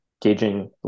gauging